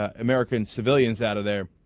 ah american civilians out of there